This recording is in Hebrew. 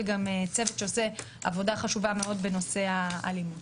גם צוות שעושה עבודה חשובה מאוד בנושא האלימות.